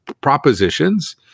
propositions